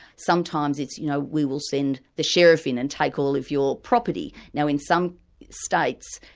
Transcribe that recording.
sometimes it's, you know we will send the sheriff in and take all of your property. now in some states,